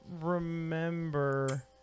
remember